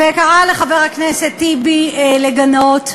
וקרא לחבר הכנסת טיבי לגנות.